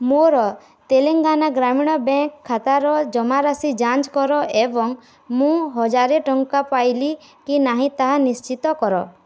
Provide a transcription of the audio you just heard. ମୋର ତେଲେଙ୍ଗାନା ଗ୍ରାମୀଣ ବ୍ୟାଙ୍କ୍ ଖାତାର ଜମାରାଶି ଯାଞ୍ଚ କର ଏବଂ ମୁଁ ହଜାର ଟଙ୍କା ପାଇଲି କି ନାହିଁ ତାହା ନିଶ୍ଚିତ କର